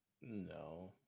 no